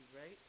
right